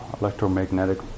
electromagnetic